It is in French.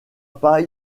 pas